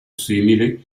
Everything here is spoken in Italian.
simili